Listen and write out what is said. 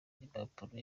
n’impapuro